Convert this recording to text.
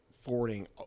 forwarding